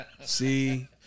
See